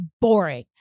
Boring